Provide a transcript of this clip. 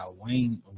Wayne